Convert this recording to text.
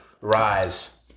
rise